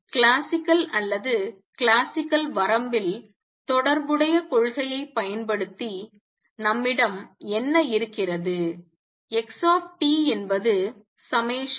எனவே கிளாசிக்கல் அல்லது கிளாசிக்கல் வரம்பில் தொடர்புடைய கொள்கையைப் பயன்படுத்தி நம்மிடம் என்ன இருக்கிறது x என்பது ∑Ceiτωnt சமம்